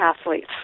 athletes